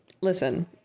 listen